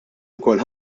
wkoll